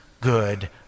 good